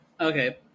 Okay